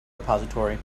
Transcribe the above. repository